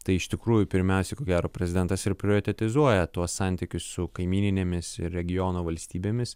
tai iš tikrųjų pirmiausia ko gero prezidentas ir prioretetizuoja tuos santykius su kaimyninėmis regiono valstybėmis